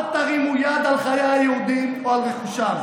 אל תרימו יד על חיי היהודים או על רכושם,